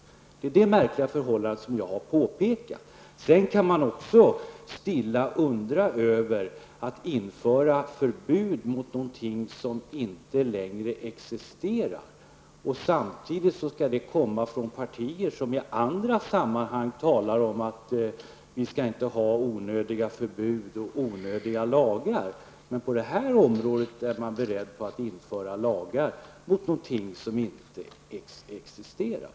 Det är det märkliga förhållandet som jag har påpekat. Man kan också stilla undra över varför vi skall införa förbud mot någonting som inte längre existerar. Samtidigt kommer detta förslag från partier som i andra sammanhang talar om att vi inte skall ha onödiga förbud och onödiga lagar. Men på det här området är man beredd att införa lagar mot något som inte existerar.